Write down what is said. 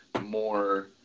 more